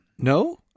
No